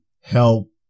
help